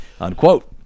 unquote